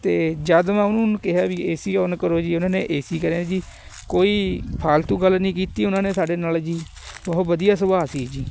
ਅਤੇ ਜਦ ਮੈਂ ਉਹਨਾਂ ਨੂੰ ਕਿਹਾ ਵੀ ਏ ਸੀ ਔਨ ਕਰੋ ਜੀ ਉਹਨਾਂ ਨੇ ਏ ਸੀ ਕਰਿਆ ਜੀ ਕੋਈ ਫਾਲਤੂ ਗੱਲ ਨਹੀਂ ਕੀਤੀ ਉਹਨਾਂ ਨੇ ਸਾਡੇ ਨਾਲ਼ ਜੀ ਬਹੁਤ ਵਧੀਆ ਸੁਭਾਅ ਸੀ ਜੀ